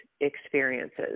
experiences